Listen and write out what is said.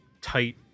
tight